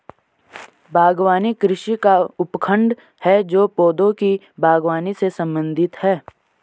बागवानी कृषि का उपखंड है जो पौधों की बागवानी से संबंधित है